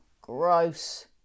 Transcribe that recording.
gross